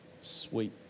sweet